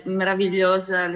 meravigliosa